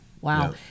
Wow